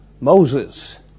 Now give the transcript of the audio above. Moses